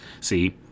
See